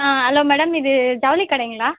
ஆ hello madam இது ஜவுளி கடைங்களா